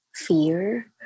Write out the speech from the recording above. fear